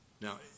Now